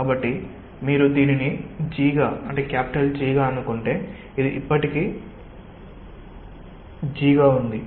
కాబట్టి మీరు దీనిని G గా అనుకుంటే ఇది ఇప్పటికీ G గా ఉంది